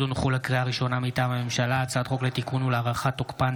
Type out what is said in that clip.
הצעת חוק חניה לנכים (תיקון,